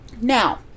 Now